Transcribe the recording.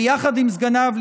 ביחד עם סגניו,